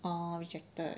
orh rejected